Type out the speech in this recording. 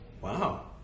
wow